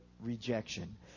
rejection